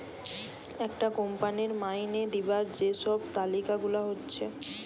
একটা কোম্পানির মাইনে দিবার যে সব তালিকা গুলা হচ্ছে